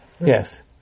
Yes